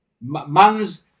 Man's